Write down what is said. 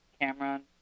Cameron